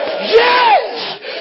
Yes